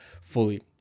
fully